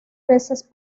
veces